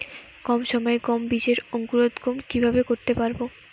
কম সময়ে গম বীজের অঙ্কুরোদগম কিভাবে করতে পারব?